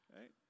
right